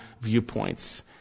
viewpoints